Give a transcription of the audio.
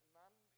none